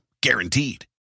Guaranteed